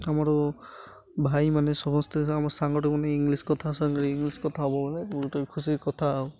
ଆମର ଭାଇମାନେ ସମସ୍ତେ ଆମ ସାଙ୍ଗଠୁ ମାନେ ଇଂଲିଶ କଥା ସାଙ୍ଗରେ ଇଂଲିଶ କଥା ହବ ବଲେ ଗୋଟେ ଖୁସି କଥା ଆଉ